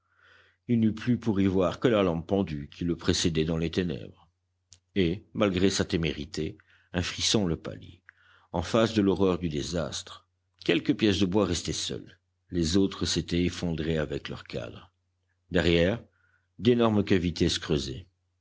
il n'eut plus pour y voir que la lampe pendue qui le précédait dans les ténèbres et malgré sa témérité un frisson le pâlit en face de l'horreur du désastre quelques pièces de bois restaient seules les autres s'étaient effondrées avec leurs cadres derrière d'énormes cavités se